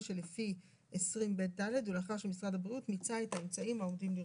שלפי 20ב(ד) ולאחר שמשרד הבריאות מיצה את האמצעים העומדים לרשותו.